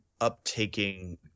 uptaking